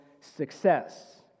success